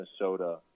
Minnesota